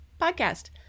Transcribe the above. podcast